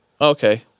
Okay